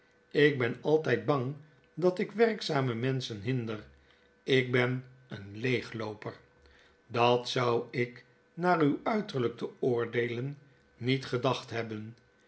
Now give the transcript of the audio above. ik ben altyd bang dat ik werkzame menschen hinder ik ben een leeglooper dat zou ik naar uw uiterlyk te oordeelen niet gedacht hebben